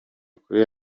kuri